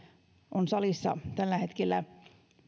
on salissa tällä hetkellä